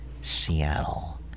Seattle